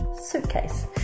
suitcase